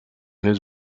his